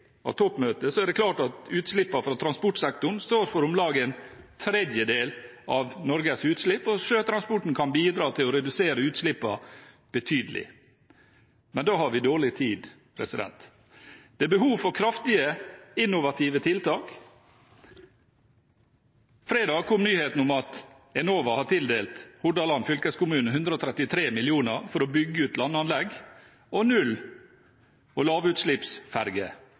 av toppmøtet, er det klart at utslippene fra transportsektoren står for om lag en tredjedel av Norges utslipp, og sjøtransporten kan bidra til å redusere utslippene betydelig. Men da har vi dårlig tid. Det er behov for kraftige innovative tiltak. Fredag kom nyheten om at Enova har tildelt Hordaland fylkeskommune 133 mill. kr for å bygge ut landanlegg og null- og